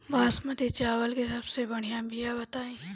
बासमती चावल के सबसे बढ़िया बिया बताई?